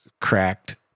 cracked